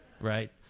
right